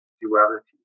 duality